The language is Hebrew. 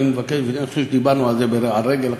ואני חושב שדיברנו על זה על רגל אחת: